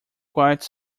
quite